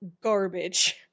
garbage